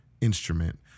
instrument